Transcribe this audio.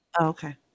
Okay